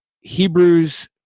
Hebrews